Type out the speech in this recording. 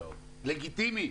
לגיטימי.